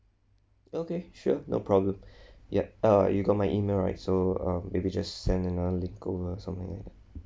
okay sure no problem yup err you got my email right so um maybe just send another or something like that